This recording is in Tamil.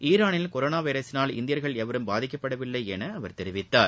ஈரானில் கொரோனா வைரஸினால் இந்தியர்கள் எவரும் பாதிக்கப்படவில்லை என அவர் தெரிவித்தார்